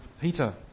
Peter